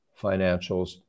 financials